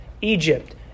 Egypt